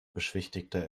beschwichtigte